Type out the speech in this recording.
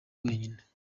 wenyine